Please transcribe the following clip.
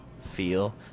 feel